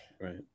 Right